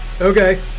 Okay